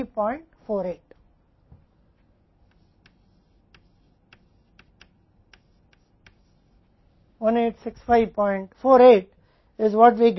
इसलिए सरलीकरण पर यह हमें 186548 का मान देगा क्या हम इसके लिए प्राप्त करते हैं और फिर हमारे पास s है